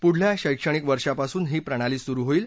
पुढल्या शैक्षणिक वर्षापासून ही प्रणाली सुरू होईल